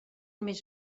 més